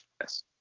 yes